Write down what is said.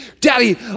Daddy